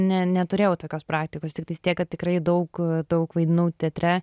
ne neturėjau tokios praktikos tiktais tiek kad tikrai daug daug vaidinau teatre